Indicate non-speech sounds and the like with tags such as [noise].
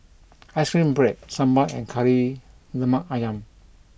[noise] Ice Cream Bread Sambal [noise] and Kari Lemak Ayam